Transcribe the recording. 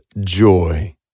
joy